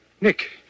Nick